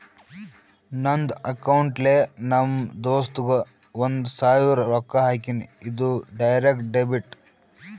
ನಂದ್ ಅಕೌಂಟ್ಲೆ ನಮ್ ದೋಸ್ತುಗ್ ಒಂದ್ ಸಾವಿರ ರೊಕ್ಕಾ ಹಾಕಿನಿ, ಇದು ಡೈರೆಕ್ಟ್ ಡೆಬಿಟ್